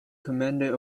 commander